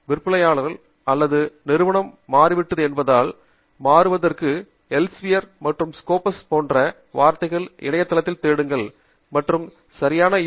விற்பனையாளர் அல்லது நிறுவனம் மாறிவிட்டது என்பதால் மாற்றுவதற்கு எல்சேவியர் மற்றும் ஸ்கோபஸ் போன்ற வார்த்தைகளை இணையத்தில் தேடுங்கள் மற்றும் சரியான யூ